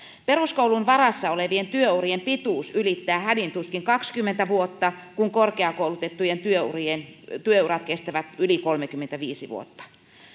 peruskoulun varassa olevien työurien pituus ylittää hädin tuskin kaksikymmentä vuotta kun korkeakoulutettujen työurat kestävät yli kolmekymmentäviisi vuotta